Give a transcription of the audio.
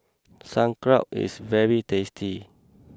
Sauerkraut is very tasty